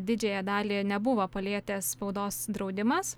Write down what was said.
didžiąją dalį nebuvo palietęs spaudos draudimas